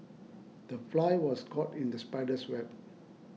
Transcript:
the fly was caught in the spider's web